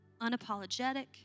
unapologetic